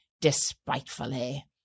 despitefully